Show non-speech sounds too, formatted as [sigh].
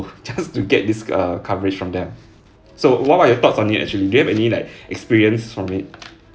just to get this err coverage from them so what are your thoughts on it actually do you have any like [breath] experience from it